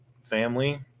family